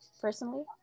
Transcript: personally